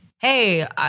Hey